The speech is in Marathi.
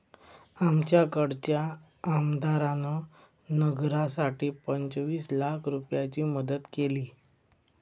आमच्याकडच्या आमदारान नगरासाठी पंचवीस लाख रूपयाची मदत केली